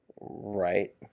Right